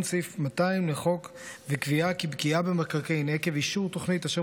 סעיף 200 לחוק וקביעה כי בפגיעה במקרקעין עקב אישור תוכנית אשר